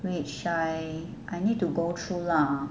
which I I need to go through lah